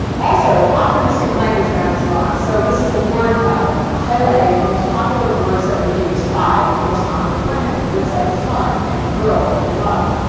also, optimistic language matters a lot. so this is a word cloud ah highlighting the most popular words that were used by the most popular women, words like fun and girl and love.